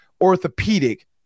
orthopedic